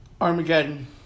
Armageddon